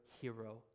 hero